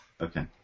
Okay